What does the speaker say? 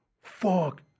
fuck